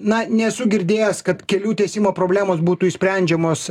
na nesu girdėjęs kad kelių tiesimo problemos būtų išsprendžiamos